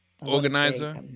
Organizer